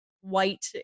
white